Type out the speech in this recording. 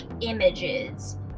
images